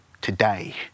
today